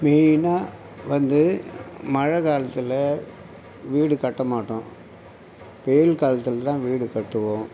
மெயினாக வந்து மழை காலத்தில் வீடு கட்ட மாட்டோம் வெயில் காலத்தில் தான் வீடு கட்டுவோம்